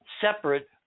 separate